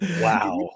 Wow